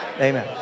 Amen